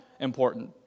important